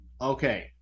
okay